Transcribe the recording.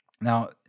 Now